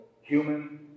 human